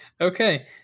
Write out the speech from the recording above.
Okay